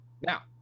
Now